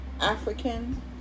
African